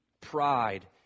pride